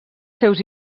seus